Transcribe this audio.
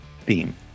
theme